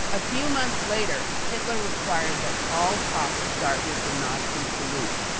a few months later, hitler required that all talks start with the nazi salute.